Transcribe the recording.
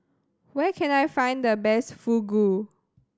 where can I find the best Fugu